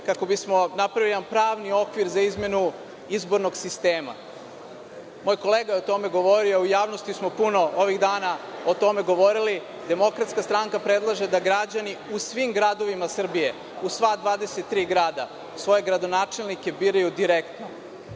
kako bismo napravili jedan pravni okvir za izmenu izbornog sistema. Moj kolega je o tome govorio i u javnosti smo puno ovih dana o tome govorili. Demokratska stranka predlaže da građani u svim gradovima Srbije, u sva 23 grada svoje gradonačelnike biraju direktno.